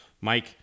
Mike